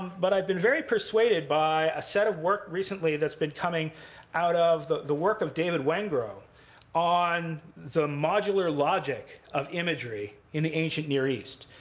but i've been very persuaded by a set of work recently that's been coming out of the the work of david wengrow on the modular logic of imagery in the ancient near east.